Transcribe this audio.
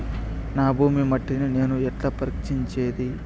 నా భూమి మట్టిని నేను ఎట్లా పరీక్షించేది?